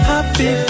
Happy